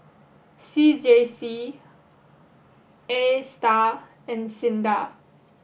C J C ASTAR and SINDA